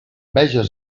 veges